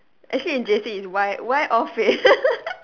actually in J_C is why why all fail